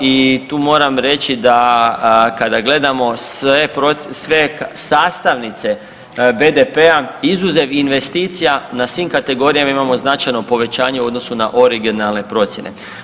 9% i tu moram reći da kada gledamo sve sastavnice BDP-a izuzev investicija na svim kategorijama imamo značajno povećanje u odnosu na originalne procjene.